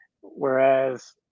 Whereas